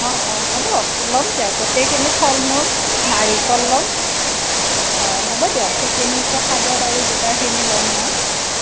অ অ হ'ব ল'ম দিয়ক গোটেইখিনি ফলমূল নাৰিকল ল'ম হয় হ'ব দিয়ক প্ৰসাদৰ বাৰু যোগাৰখিনি ল'ম মই